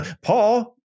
Paul